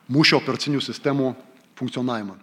mūšio operacinių sistemų funkcionavimą